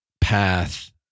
path